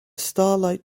starlight